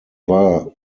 war